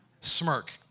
Smirk